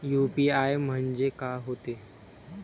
UPI म्हणजे का होते?